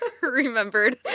remembered